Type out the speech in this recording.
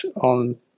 on